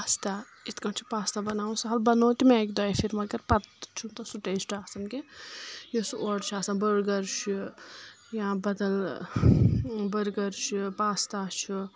pasta کِتھ کٲٹھۍ چھِ پاستا بناوُن سہل بنوٚو تہٕ مےٚ اکہِ دۄیہِ پھرۍ مگر پتہٕ چھُنہٕ تتھ سُہ ٹیسٹ آسان کینٛہہ یُس سُہ اورٕ چھُ آسان بٔرگر چھُ یا بدل بٔرگر چھُ پاستا چھُ